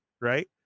right